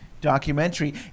documentary